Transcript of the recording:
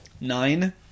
Nine